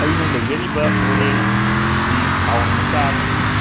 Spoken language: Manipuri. ꯑꯩꯅ ꯂꯩꯖꯔꯤꯕ ꯃꯣꯔꯦꯁꯤ ꯇꯥꯎꯟ ꯃꯆꯥ ꯑꯃꯅꯤ